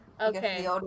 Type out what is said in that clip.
Okay